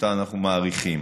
שאותה אנחנו מעריכים.